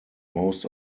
most